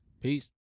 Peace